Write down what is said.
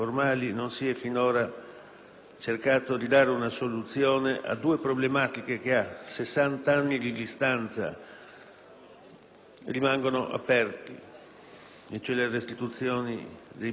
cercato di dare una soluzione a due problematiche che, a sessant'anni di distanza, rimangono aperte, ossia la restituzione dei beni agli aventi diritto